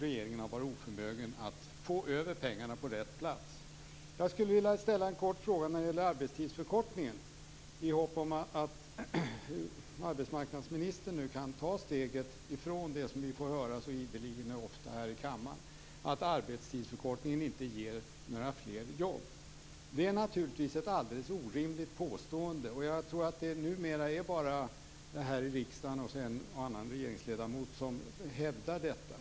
Regeringen har varit oförmögen att få över pengarna på rätt plats. Jag skulle vilja ställa en kort fråga om arbetstidsförkortningen. Det är i hopp om att arbetsmarknadsministern kan ta steget från det vi får höra så ofta i kammaren, dvs. att arbetstidsförkortning inte ger några fler jobb. Det är naturligtvis ett alldeles orimligt påstående. Jag tror att det numera bara är här i riksdagen - och en och annan regeringsledamot - som man hävdar detta.